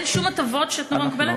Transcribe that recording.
אין שום הטבות ש"תנובה" מקבלת?